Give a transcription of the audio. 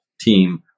team